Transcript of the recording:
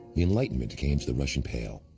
enlightenment came to the russian pale,